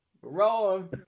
Roll